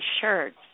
shirts